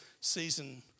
season